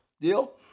Deal